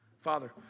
Father